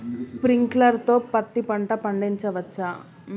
Sprinkler తో పత్తి పంట పండించవచ్చా?